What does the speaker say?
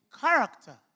character